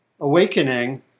awakening